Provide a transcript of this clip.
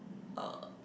a